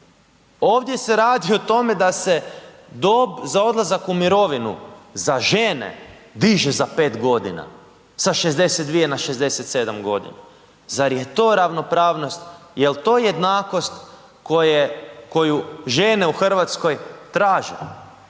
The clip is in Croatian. ovdje se radi o tome da se dob za odlazak u mirovinu za žene diže za 5 godina sa 62 na 67 godina. Zar je to ravnopravnost, jel to jednakost koju žene u Hrvatskoj traže?